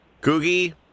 Googie